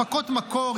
הפקות מקור,